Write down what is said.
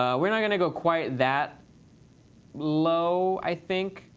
ah we're not going to go quite that low, i think.